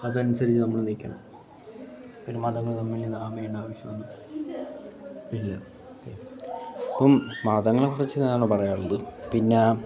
അത് അനുസരിച്ചു നമ്മൾ നിൽക്കണം പിന്നെ മതങ്ങൾ തമ്മിൽ നാം ചെയ്യേണ്ട ആവശ്യമൊന്നും ഇല്ല ഓക്കെ അപ്പം മതങ്ങളെ കുറിച്ച് ഇതാണ് പറയാനുള്ളത് പിന്നേ